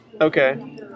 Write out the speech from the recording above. Okay